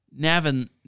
Navin